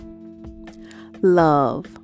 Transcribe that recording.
love